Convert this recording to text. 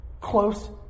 close